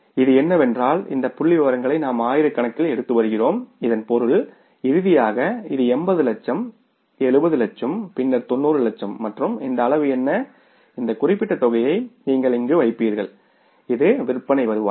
இது என்னவென்றால் இந்த புள்ளிவிவரங்களை நாம் ஆயிரக்கணக்கில் எடுத்து வருகிறோம் இதன் பொருள் இறுதியாக இது 70 லட்சம் 80 லட்சம் பின்னர் 90 லட்சம் மற்றும் இந்த அளவு என்ன இந்த குறிப்பிட்ட தொகையை நீங்கள் இங்கு வைப்பீர்கள் இது விற்பனை வருவாய்